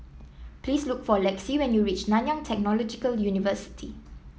please look for Lexi when you reach Nanyang Technological University